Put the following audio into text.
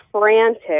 frantic